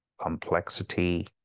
complexity